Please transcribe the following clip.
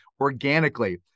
organically